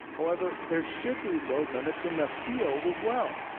however, there should be load limits in the field as well.